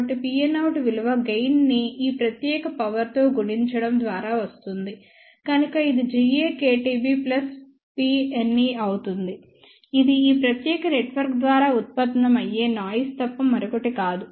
కాబట్టి Pnout విలువ gain ని ఈ ప్రత్యేక పవర్ తో గుణించడం ద్వారా వస్తుంది కనుక ఇది GakTB ప్లస్ Pne అవుతుంది ఇది ఈ ప్రత్యేక నెట్వర్క్ ద్వారా ఉత్పన్నమయ్యే నాయిస్ తప్ప మరొకటి కాదు